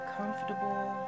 comfortable